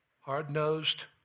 hard-nosed